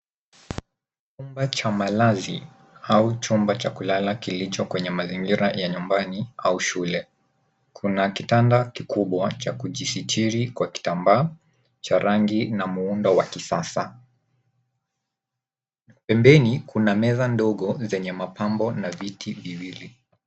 Chumba cha malazi au chumba cha kulala kilicho kwenye mazingira ya nyumbani au shule. Kuna kitanda kikubwa cha kujisitiri kwa kitambaa cha rangi na muundo wa kisasa . Pembeni, kuna meza ndogo zenye mapambo na viti viwili.